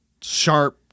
sharp